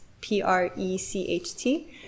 P-R-E-C-H-T